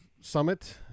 summit